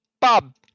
Bob